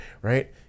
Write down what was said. right